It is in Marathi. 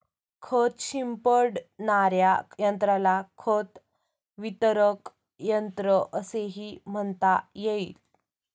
खत शिंपडणाऱ्या यंत्राला खत वितरक यंत्र असेही म्हणता येईल